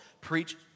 preach